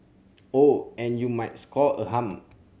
oh and you might score a hum